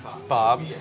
Bob